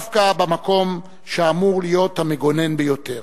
דווקא במקום שאמור להיות המגונן ביותר.